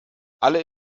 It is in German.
alle